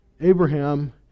Abraham